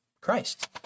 Christ